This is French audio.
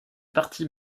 parti